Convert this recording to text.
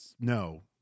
no